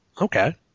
okay